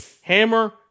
hammer